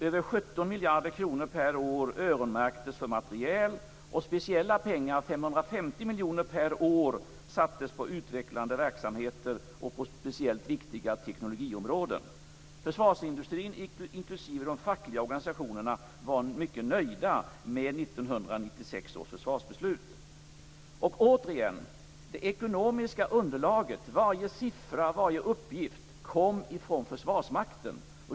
Över 17 miljarder kronor per år öronmärktes för materiel, och speciella pengar, 550 miljoner kronor per år, avsattes för utvecklande verksamheter och speciellt viktiga teknologiområden. Försvarsindustrin, inklusive de fackliga organisationerna, var mycket nöjda med 1996 års försvarsbeslut. Jag vill återigen säga att det ekonomiska underlaget, varje siffra och varje uppgift, kom ifrån Försvarsmakten.